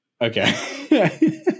okay